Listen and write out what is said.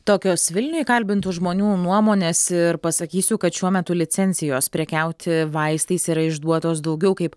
tokios vilniuje kalbintų žmonių nuomonės ir pasakysiu kad šiuo metu licencijos prekiauti vaistais yra išduotos daugiau kaip